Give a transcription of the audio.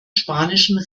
spanischen